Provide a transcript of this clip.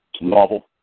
novel